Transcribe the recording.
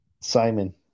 Simon